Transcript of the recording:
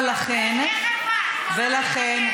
ולכן,